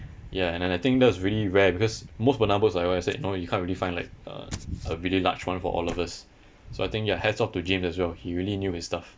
yeah and then I think that was really rare because most banana boats like what I said you know you can't really find like a a really large one for all of us so I think ya hats off the james as well he really knew his stuff